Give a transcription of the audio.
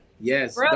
yes